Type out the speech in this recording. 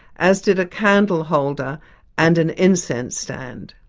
as did a candle holder and an incense stand.